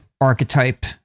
archetype